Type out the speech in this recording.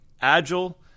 Agile